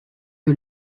que